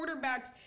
quarterbacks